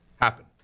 happen